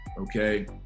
Okay